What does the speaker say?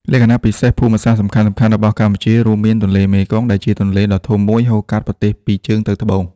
លក្ខណៈពិសេសភូមិសាស្ត្រសំខាន់ៗរបស់កម្ពុជារួមមាន ទន្លេមេគង្គ ដែលជាទន្លេដ៏ធំមួយហូរកាត់ប្រទេសពីជើងទៅត្បូង។